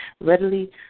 readily